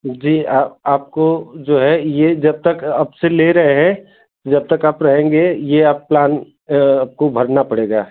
जी आपको जो है यह जब तक अब से ले रहे हैं जब तक आप रहेंगे यह आप प्लान आपको भरना पड़ेगा